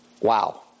wow